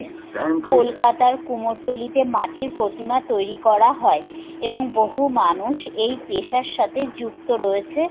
কলকাতার কুমোরটুলিতে মাটির প্রতিমা তৈরি করা হয় এবং বহু মানুষ এই পেশার সাথে যুক্ত রয়েছে